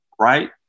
Right